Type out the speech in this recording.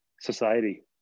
society